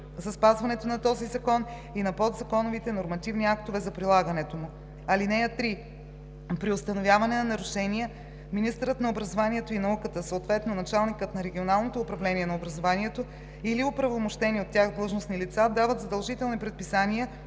за спазването на този закон и на подзаконовите нормативни актове за прилагането му. (3) При установяване на нарушения министърът на образованието и науката, съответно началникът на регионалното управление на образованието или оправомощени от тях длъжностни лица, дават задължителни предписания